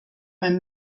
beim